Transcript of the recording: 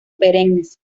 perennes